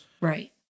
Right